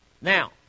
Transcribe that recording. Now